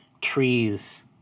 trees